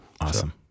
Awesome